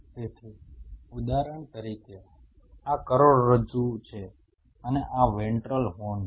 તેથી ઉદાહરણ તરીકે આ કરોડરજ્જુ છે અને આ વેન્ટ્રલ હોર્ન છે